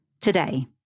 Today